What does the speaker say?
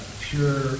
pure